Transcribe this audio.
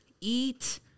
eat